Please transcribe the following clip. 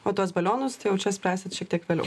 o tuos balionus tai jau čia spręsit šiek tiek vėliau